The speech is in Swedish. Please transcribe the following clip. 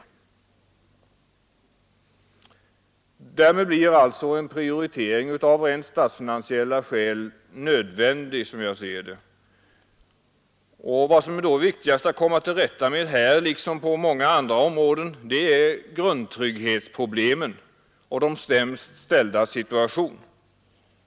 Därför blir, som jag ser det, en prioritering av rent statsfinansiella skäl nödvändig. Vad som är viktigast att komma till rätta med här liksom på många andra områden är grundtrygghetsproblemen och de sämst ställdas situation.